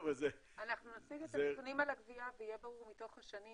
אנחנו נציג את הנתונים על הגבייה ויהיה ברור מתוך השנים